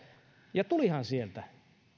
ja tulihan sieltä